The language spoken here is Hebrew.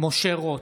משה רוט,